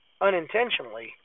Unintentionally